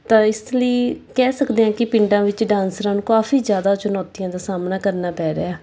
ਤਾਂ ਇਸ ਲਈ ਕਹਿ ਸਕਦੇ ਹਾਂ ਕਿ ਪਿੰਡਾਂ ਵਿੱਚ ਡਾਂਸਰਾਂ ਨੂੰ ਕਾਫੀ ਜ਼ਿਆਦਾ ਚੁਣੌਤੀਆਂ ਦਾ ਸਾਹਮਣਾ ਕਰਨਾ ਪੈ ਰਿਹਾ